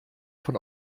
von